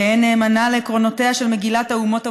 תהא נאמנה לעקרונותיה של מגילת האומות המאוחדות".